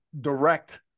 direct